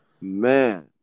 Man